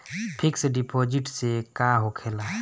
Fix deposit से का होखे ला?